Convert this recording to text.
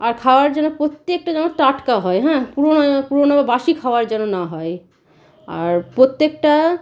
আর খাবার যেন প্রত্যেকটা যেন টাটকা হয় হ্যাঁ পুরোনো যেন পুরোনো বা বাসি খাবার যেন না হয় আর প্রত্যেকটা